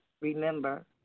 Remember